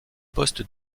poste